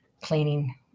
cleaning